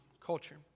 culture